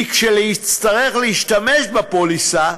כי לכשיצטרך להשתמש בפוליסה,